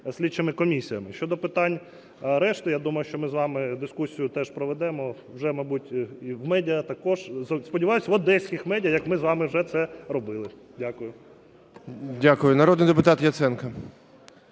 слідчими комісіями. Щодо питань решти. Я думаю, що ми з вами дискусію теж проведемо вже, мабуть, і в медіа також, сподіваюсь, в одеських медіа як ми з вами вже це робили. Дякую. ГОЛОВУЮЧИЙ. Дякую. Народний депутат Яценко.